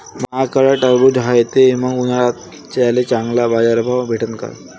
माह्याकडं टरबूज हाये त मंग उन्हाळ्यात त्याले चांगला बाजार भाव भेटन का?